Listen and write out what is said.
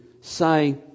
say